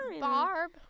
Barb